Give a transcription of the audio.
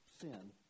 sin